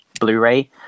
blu-ray